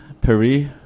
Paris